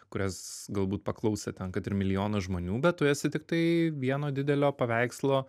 kurias galbūt paklausė ten kad ir milijonas žmonių bet tu esi tiktai vieno didelio paveikslo